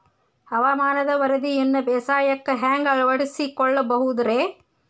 ಹವಾಮಾನದ ವರದಿಯನ್ನ ಬೇಸಾಯಕ್ಕ ಹ್ಯಾಂಗ ಅಳವಡಿಸಿಕೊಳ್ಳಬಹುದು ರೇ?